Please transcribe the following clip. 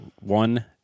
one